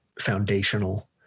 foundational